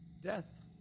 Death